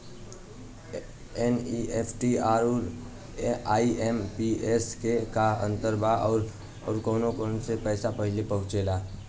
NEFT आउर IMPS मे का अंतर बा और आउर कौना से पैसा पहिले पहुंचेला?